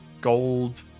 gold